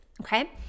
okay